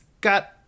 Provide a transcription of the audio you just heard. got